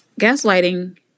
Gaslighting